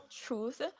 truth